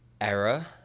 error